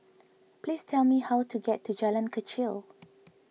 please tell me how to get to Jalan Kechil